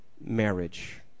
marriage